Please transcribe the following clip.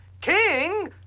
King